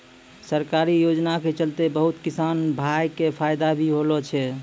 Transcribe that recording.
सरकारी योजना के चलतैं बहुत किसान भाय कॅ फायदा भी होलो छै